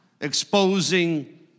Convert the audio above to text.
exposing